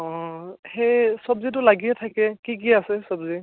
অ' সেই চবজিটো লাগিয়ে থাকে কি কি আছে চবজি